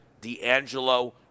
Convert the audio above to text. D'Angelo